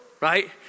right